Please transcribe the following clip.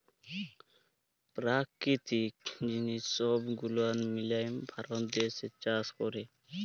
পেরাকিতিক জিলিস সহব গুলান মিলায় ভারত দ্যাশে চাষ ক্যরে